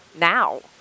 now